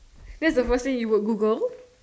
that's the first thing you would Google